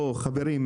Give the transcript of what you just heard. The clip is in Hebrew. חברים,